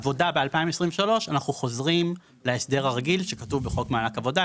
עבודה ב-2023 אנחנו חוזרים להסדר הרגיל שכתוב בחוק מענק עבודה,